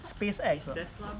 SpaceX 的